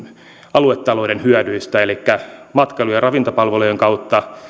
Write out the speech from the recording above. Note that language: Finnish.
aluetalouden hyödyistä elikkä matkailu ja ravintolapalveluiden kautta